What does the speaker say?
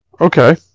Okay